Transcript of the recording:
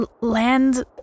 land